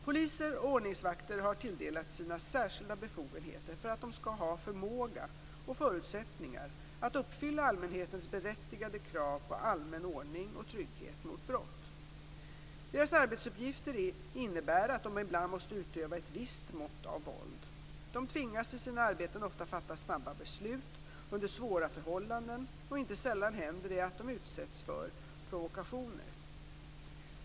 Poliser och ordningsvakter har tilldelats sina särskilda befogenheter för att de skall ha förmåga och förutsättningar att uppfylla allmänhetens berättigade krav på allmän ordning och trygghet mot brott. Deras arbetsuppgifter innebär att de ibland måste utöva ett visst mått av våld. De tvingas i sina arbeten ofta fatta snabba beslut under svåra förhållanden, och inte sällan händer det att de utsätts för provokationer.